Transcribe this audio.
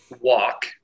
walk